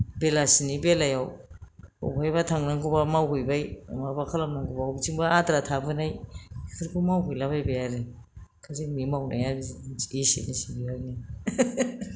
बेलासिनि बेलायाव अबेहायबा थांनांगौब्ला मावहैबाय माबा खालामनांगौब्ला मबेथिंबा आद्रा थाबोनाय बेफोरखौ मावहैला बायबाय आरो जोंनि मावनाया बिदिनो एसेनोसै आनो